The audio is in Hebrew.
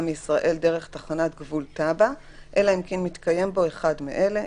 מישראל דרך תחנת גבול "טאבה" אלא אם כן מתקיים בו אחד מאלה,